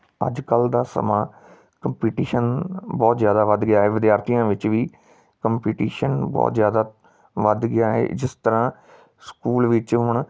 ਅੱਜ ਕੱਲ ਦਾ ਸਮਾਂ ਕੰਪੀਟੀਸ਼ਨ ਬਹੁਤ ਜ਼ਿਆਦਾ ਵੱਧ ਗਿਆ ਵਿਦਿਆਰਥੀਆਂ ਵਿੱਚ ਵੀ ਕੰਪੀਟੀਸ਼ਨ ਬਹੁਤ ਜ਼ਿਆਦਾ ਵੱਧ ਗਿਆ ਹੈ ਜਿਸ ਤਰ੍ਹਾਂ ਸਕੂਲ ਵਿੱਚ ਹੁਣ